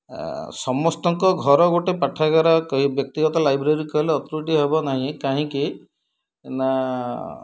ସମସ୍ତଙ୍କ ଘର ଗୋଟେ ପାଠାଗାରା କହି ବ୍ୟକ୍ତିଗତ ଲାଇବ୍ରେରୀ କହିଲେ ତ୍ରୁଟି ହେବ ନାହିଁ କାହିଁକି ନା